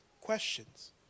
questions